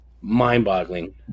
mind-boggling